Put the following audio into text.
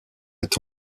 est